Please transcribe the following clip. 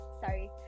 Sorry